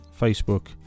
Facebook